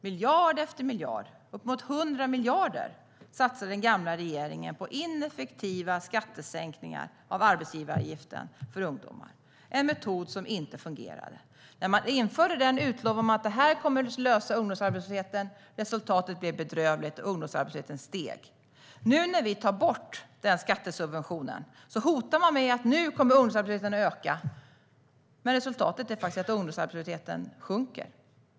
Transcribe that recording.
Miljard efter miljard, uppemot 100 miljarder, satsade den gamla regeringen på ineffektiva skattesänkningar av arbetsgivaravgiften för ungdomar - en metod som inte fungerade. När man införde den utlovade man att den skulle lösa ungdomsarbetslösheten. Resultatet blev bedrövligt: Ungdomsarbetslösheten steg. Nu när vi tar bort den skattesubventionen hotar man med att ungdomsarbetslösheten kommer att öka. Men resultatet är faktiskt att ungdomsarbetslösheten sjunker.